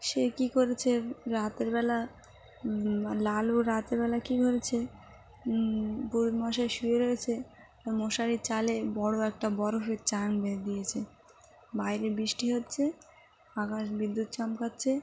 সে কী করছে রাতেরবেলা লালু রাতেরবেলা কী করেছে পুরোহিতমশাই শুয়ে রয়েছে মশারির চালে বড়ো একটা বরফের বেঁধে দিয়েছে বাইরে বৃষ্টি হচ্ছে আকাশে বিদ্যুৎ চমকাচ্ছে